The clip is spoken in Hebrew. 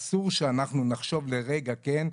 אסור שאנחנו נחשוב לרגע, כן?